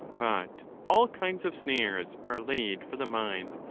but all kinds of snares are laid for the mind,